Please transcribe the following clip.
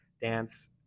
dance